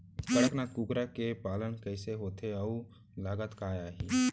कड़कनाथ कुकरा के पालन कइसे होथे अऊ लागत का आही?